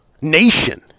nation